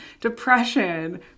depression